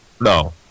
No